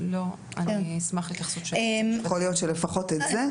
יכול להיות שלפחות את זה צריך לפתוח.